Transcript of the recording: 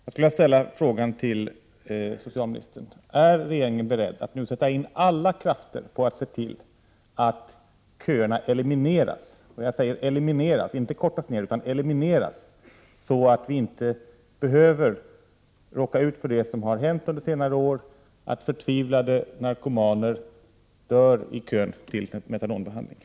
Jag vill ställa följande fråga till socialministern: Är regeringen beredd att nu sätta in alla krafter på att se till att köerna elimineras, och jag menar verkligen elimineras och inte kortas, så att det som har skett under senare år inte sker igen, nämligen att förtvivlade narkomaner dör i kön till metadonbehandling.